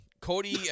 Cody